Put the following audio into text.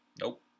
Nope